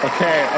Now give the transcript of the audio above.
Okay